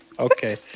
Okay